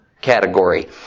category